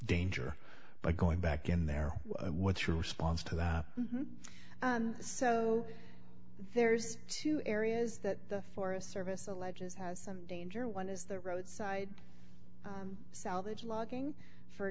danger by going back in there what's your response to that so there's two areas that the forest service alleges has some danger one is the roadside salvage logging for